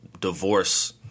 divorce